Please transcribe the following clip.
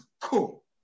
cool